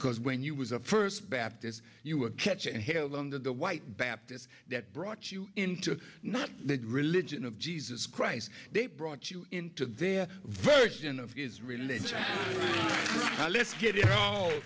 because when you was a first baptist you were a catch and held under the white baptists that brought you into not the religion of jesus christ they brought you into their version of his religion let's get it all